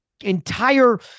entire